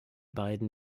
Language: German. beiden